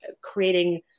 creating